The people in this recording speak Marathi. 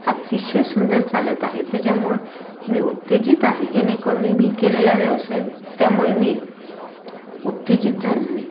अत्तिशय सुंदर चालत आहे त्याच्यामुळं मी उत्तेजित आहे जेणेकरून मी केलेला व्यवसाय त्यामुळे मी उत्तेजित झाले